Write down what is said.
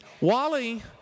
Wally